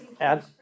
add